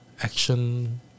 Action